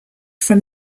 from